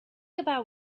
about